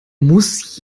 muss